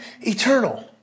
eternal